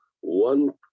one